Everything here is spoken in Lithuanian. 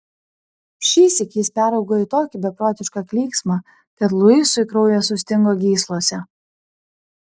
šįsyk jis peraugo į tokį beprotišką klyksmą kad luisui kraujas sustingo gyslose